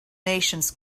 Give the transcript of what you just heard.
nations